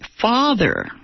father